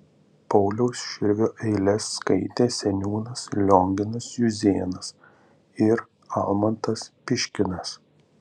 pauliaus širvio eiles skaitė seniūnas lionginas juzėnas ir almantas piškinas